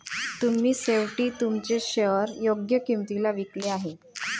तुम्ही शेवटी तुमचे शेअर्स योग्य किंमतीला विकले आहेत